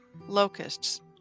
locusts